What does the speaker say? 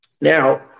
Now